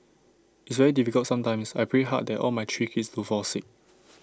it's very difficult sometimes I pray hard that all my three kids don't fall sick